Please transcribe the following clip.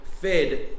fed